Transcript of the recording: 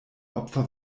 opfer